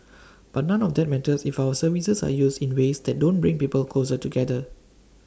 but none of that matters if our services are used in ways that don't bring people closer together